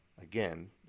again